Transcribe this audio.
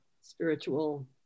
spiritual